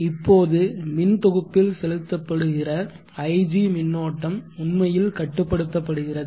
இப்போது மின் தொகுப்பில் செலுத்தப்படுகிற ig மின்னோட்டம் உண்மையில் கட்டுப்படுத்தப்படுகிறது